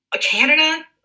Canada